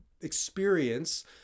experience